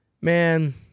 man